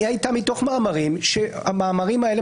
היא הייתה מתוך מאמרים והמאמרים האלה,